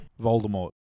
Voldemort